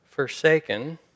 Forsaken